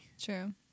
True